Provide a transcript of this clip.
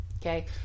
Okay